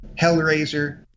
Hellraiser